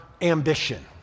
ambition